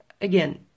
again